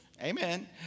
Amen